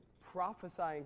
prophesying